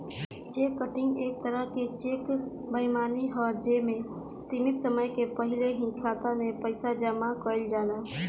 check cutting एक तरह के चेक बेईमानी ह जे में सीमित समय के पहिल ही खाता में पइसा जामा कइल जाला